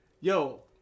yo